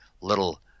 little